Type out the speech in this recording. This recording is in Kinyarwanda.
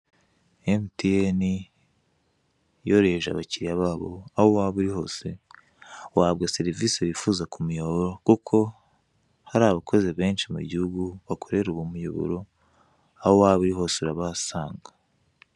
Emutiyene yorohereje abakiliya babo, aho waba uri hose wahabwa serivise wifuza ku muyoboro kuko hari abakozi benshi mu gihugu, bakorera uwo muyoboro, aho waba uri hose urahabasanga.